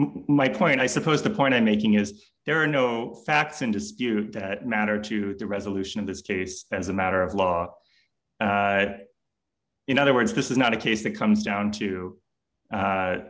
my point i suppose the point i'm making is there are no facts in dispute that matter to the resolution of this case as a matter of law in other words this is not a case that comes down to